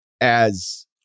as-